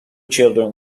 children